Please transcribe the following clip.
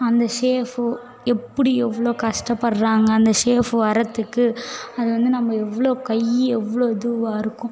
அந்த ஷேஃப்பு எப்படி எவ்வளோ கஷ்டப்பட்றாங்க அந்த ஷேஃப் வர்றத்துக்கு அதுவந்து நம்ம எவ்வளோ கை எவ்வளோ இதுவாக இருக்கும்